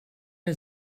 are